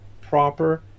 proper